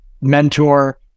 mentor